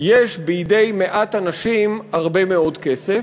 יש בידי מעט אנשים הרבה מאוד כסף,